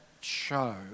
show